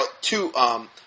two